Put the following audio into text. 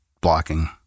blocking